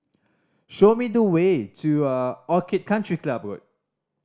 show me the way to a Orchid Club Road